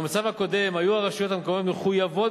במצב הקודם היו הרשויות המקומיות מחויבות